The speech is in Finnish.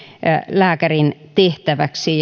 lääkärin tehtäväksi